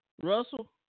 Russell